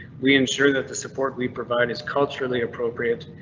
we ensure that the support we provide is culturally appropriate.